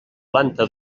planta